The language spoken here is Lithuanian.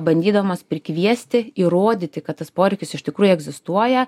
bandydamos prikviesti įrodyti kad tas poreikis iš tikrųjų egzistuoja